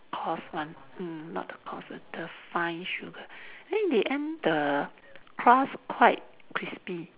coarse one mm not the coarse one the fine sugar then in the end the crust quite crispy